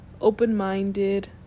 open-minded